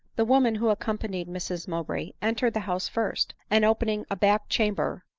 the woman who accompanied mrs mowbray entered the house first and opening a back chamber,